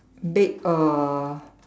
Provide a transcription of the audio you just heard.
bake a